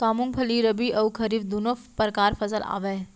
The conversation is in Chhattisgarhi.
का मूंगफली रबि अऊ खरीफ दूनो परकार फसल आवय?